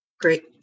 Great